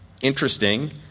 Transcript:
interesting